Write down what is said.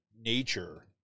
nature